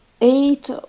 eight